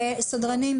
סדרנים,